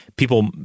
People